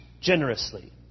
generously